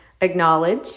acknowledge